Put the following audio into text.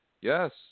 Yes